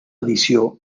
edició